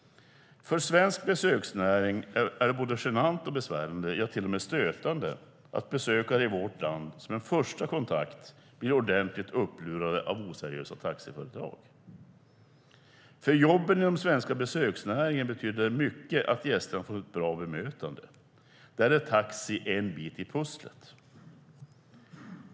För svensk besöksnäring är det både genant och besvärande - ja, till och med stötande - att besökare i vårt land som en första kontakt blir ordentligt lurade av oseriösa taxiföretag. Det betyder mycket för jobben inom den svenska besöksnäringen att gästerna får ett bra bemötande. Där är taxi en bit i pusslet.